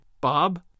Bob